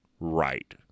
right